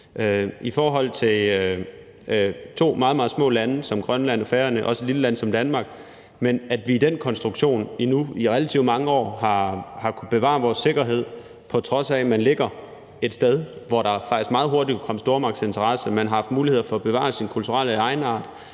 i forhold til to meget, meget små lande som Grønland og Færøerne og også et lille land som Danmark, og at vi i den konstruktion i relativt mange år endnu har kunnet bevare vores sikkerhed, på trods af at man ligger et sted, hvor der faktisk meget hurtigt kunne komme stormagtsinteresser. Man har haft mulighed for at bevare sin kulturelle egenart,